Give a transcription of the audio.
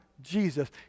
Jesus